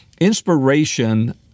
inspiration